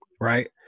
Right